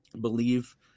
believe